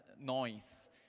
noise